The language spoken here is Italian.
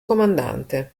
comandante